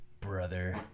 brother